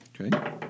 Okay